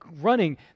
running